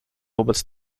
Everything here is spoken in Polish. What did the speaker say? wobec